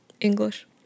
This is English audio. English